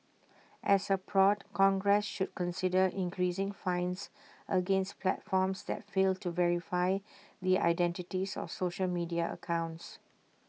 as A prod congress should consider increasing fines against platforms that fail to verify the identities of social media accounts